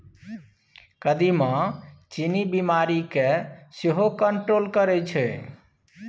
कदीमा चीन्नी बीमारी केँ सेहो कंट्रोल करय छै